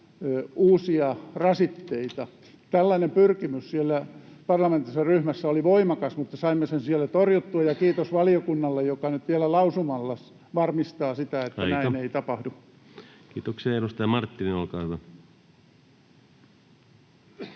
uusia rasitteita. Tällainen pyrkimys siellä parlamentaarisessa ryhmässä oli voimakas, mutta saimme sen siellä torjuttua. Ja kiitos valiokunnalle, joka nyt vielä lausumalla varmistaa sitä, että [Puhemies: Aika!] näin ei tapahdu.